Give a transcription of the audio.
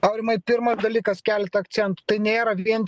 aurimai pirmas dalykas keletą akcentų tai nėra vien